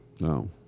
No